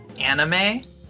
anime